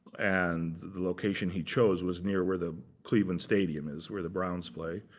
and the location he chose was near where the cleveland stadium is, where the browns play.